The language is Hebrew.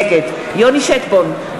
נגד יוני שטבון,